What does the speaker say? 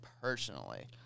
personally